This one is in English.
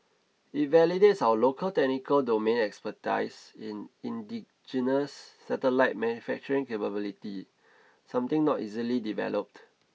it validates our local technical domain expertise in indigenous satellite manufacturing capability something not easily developed